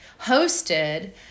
hosted